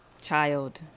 child